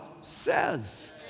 says